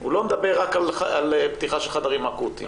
הוא לא מדבר רק על פתיחה של חדרים אקוטיים,